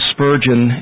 Spurgeon